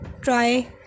try